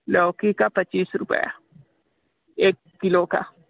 लौकी का पच्चीस रुपये एक किलो का